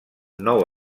nou